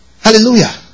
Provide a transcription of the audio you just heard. Hallelujah